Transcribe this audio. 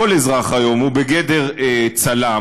כל אזרח היום הוא בגדר צלם,